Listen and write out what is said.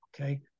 okay